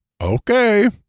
Okay